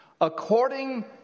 according